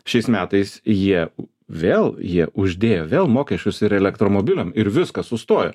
šiais metais jie vėl jie uždėjo vėl mokesčius ir elektromobiliam ir viskas sustojo